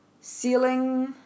ceiling